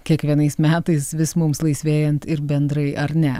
kiekvienais metais vis mums laisvėjant ir bendrai ar ne